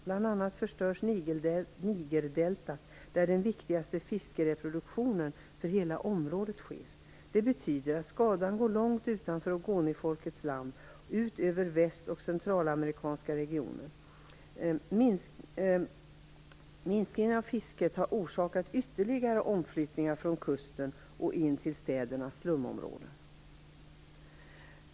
Bl.a. förstörs Nigerdeltat, där den viktigaste fiskreproduktionen för hela området sker. Det betyder att skadan går långt utanför ogonifolkets land, ut över väst och centralafrikanska regionen. Minskningen av fisket har orsakat ytterligare omflyttningar, från kusten in till städernas slumområden.